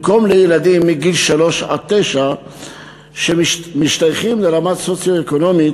במקום לילדים מגיל ארבע עד תשע שמשתייכים לרמה סוציו-אקונומית